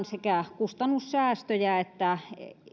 sekä tavoitellaan kustannussäästöjä että